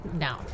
No